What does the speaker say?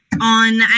On